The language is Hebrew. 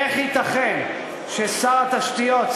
איך ייתכן ששר התשתיות,